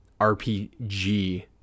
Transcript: RPG